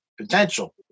potential